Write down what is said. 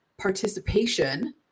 participation